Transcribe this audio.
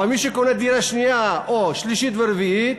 אבל מי שקונה דירה שנייה או שלישית ורביעית,